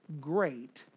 great